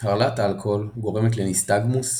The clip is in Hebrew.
הרעלת אלכוהול גורמת לניסטגמוס,